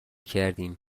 کردیم